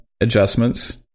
adjustments